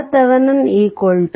RthRNVoc iSC6